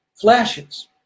flashes